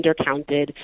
undercounted